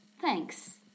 Thanks